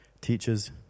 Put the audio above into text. teachers